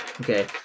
Okay